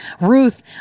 Ruth